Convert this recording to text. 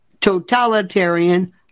totalitarian